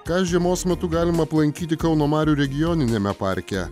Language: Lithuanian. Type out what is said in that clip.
ką žiemos metu galima aplankyti kauno marių regioniniame parke